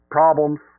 problems